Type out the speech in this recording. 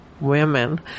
women